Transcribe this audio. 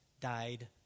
died